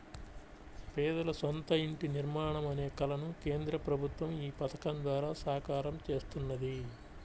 పేదల సొంత ఇంటి నిర్మాణం అనే కలను కేంద్ర ప్రభుత్వం ఈ పథకం ద్వారా సాకారం చేస్తున్నది